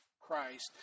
Christ